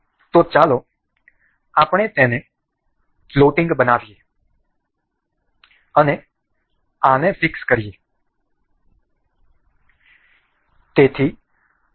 તેથી ચાલો આપણે તેને ફ્લોટિંગ બનાવીએ અને આને ફિક્સ કરીએ